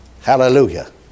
Hallelujah